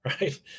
right